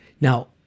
Now